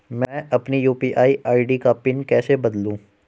मैं अपनी UPI ID का पिन कैसे बदलूं?